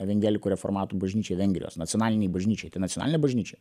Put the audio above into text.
evengelikų reformatų bažnyčia vengrijos nacionalinei bažnyčiai tai nacionalinė bažnyčia